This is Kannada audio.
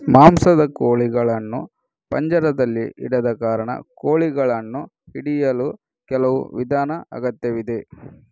ಮಾಂಸದ ಕೋಳಿಗಳನ್ನು ಪಂಜರದಲ್ಲಿ ಇಡದ ಕಾರಣ, ಕೋಳಿಗಳನ್ನು ಹಿಡಿಯಲು ಕೆಲವು ವಿಧಾನದ ಅಗತ್ಯವಿದೆ